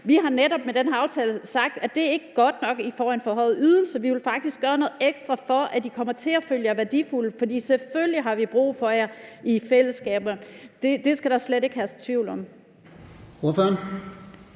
Vi har netop med den her aftale sagt: Det er ikke godt nok, at I får en forhøjet ydelse, vi vil faktisk gøre noget ekstra, for at I kommer til at føle jer værdifulde, for selvfølgelig har vi brug for jer i fællesskaber; det skal der slet ikke herske tvivl om.